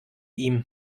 ihm